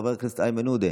חבר הכנסת זאב אלקין,